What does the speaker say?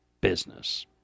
business